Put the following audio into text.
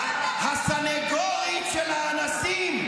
הסנגורית של האנסים.